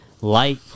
light